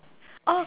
oh